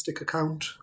account